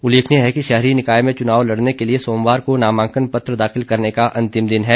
उल्लेखनीय है कि शहरी निकाय में चुनाव लड़ने के लिए सोमवार को नामांकन पत्र दाखिल करने का अंतिम दिन है